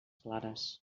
clares